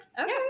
okay